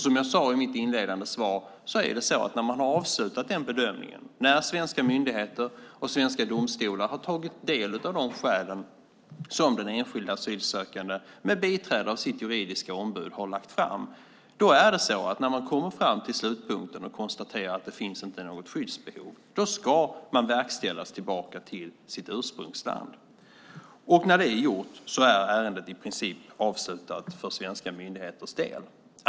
Som jag sade i mitt inledande svar: När man har gjort den här bedömningen, när svenska myndigheter och svenska domstolar har tagit del av de skäl som den enskilda asylsökanden med biträde av sitt juridiska ombud har lagt fram och man kommer fram till slutpunkten och konstaterar att det inte finns något skyddsbehov, ska detta verkställas och personen ska tillbaka till sitt ursprungsland. När detta är gjort är ärendet i princip avslutat för svenska myndigheters del.